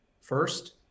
first